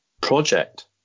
project